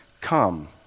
come